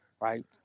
right